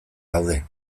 gaude